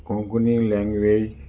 Konkani language